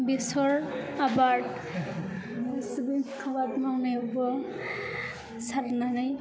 बिसोर आबाद जोबोद गुवार मावनायावबो सारनानै